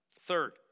Third